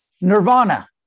nirvana